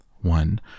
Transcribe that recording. One